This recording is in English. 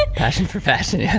and passion for fashion.